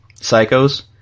psychos